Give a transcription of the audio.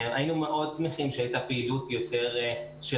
היינו מאוד שמחים שהיתה פעילות של הגננות,